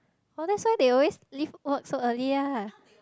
oh that's why they always leave work so early ah